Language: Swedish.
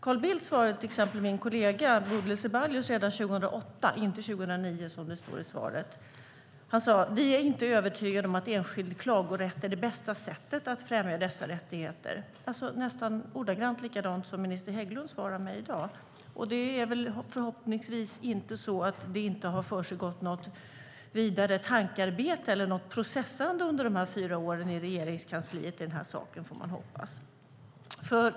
Carl Bildt svarade till exempel min kollega Bodil Ceballos redan 2008, inte 2009 som det står i svaret. Han sade: Från svensk sida är vi inte övertygade om att enskild klagorätt är det bästa sättet att främja dessa rättigheter. Han svarade alltså nästan ordagrant likadant som minister Hägglund svarar mig i dag. Det är förhoppningsvis inte så att det inte har försiggått något vidare tankearbete eller något processande i den här saken i Regeringskansliet under de här fyra åren.